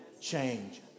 change